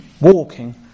walking